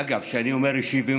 ובנייה,